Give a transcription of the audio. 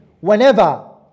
Whenever